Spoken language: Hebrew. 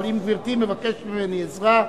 אבל אם גברתי מבקשת ממני עזרה,